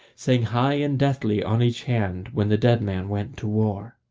sang high and deathly on each hand when the dead man went to war.